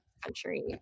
country